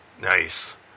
Nice